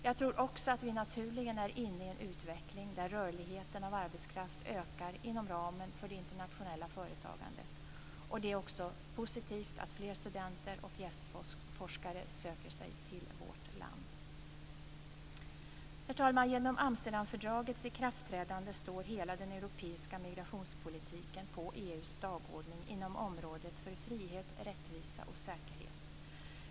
Jag tror också att vi naturligen är inne i en utveckling där rörligheten av arbetskraft ökar inom ramen för det internationella företagandet. Det är också positivt att fler studenter och gästforskare söker sig till vårt land. Herr talman! Genom Amsterdamfördragets ikraftträdande står hela den europeiska migrationspolitiken på EU:s dagordning inom området för frihet, rättvisa och säkerhet.